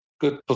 good